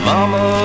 Mama